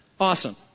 Awesome